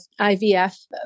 IVF